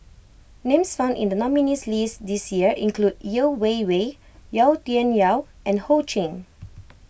names found in the nominees list this year include Yeo Wei Wei Yau Tian Yau and Ho Ching